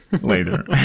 Later